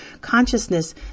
consciousness